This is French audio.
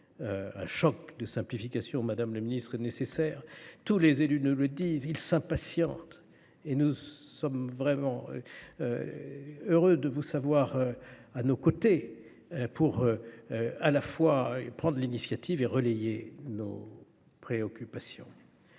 un choc de simplification est nécessaire, tous les élus nous le disent. Ils s’impatientent et nous sommes réellement heureux de vous savoir à nos côtés, pour à la fois prendre l’initiative et relayer nos préoccupations.